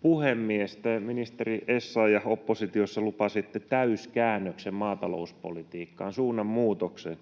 puhemies! Te, ministeri Essayah, oppositiossa lupasitte täyskäännöksen maatalouspolitiikkaan, suunnanmuutoksen.